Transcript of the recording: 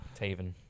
Taven